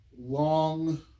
long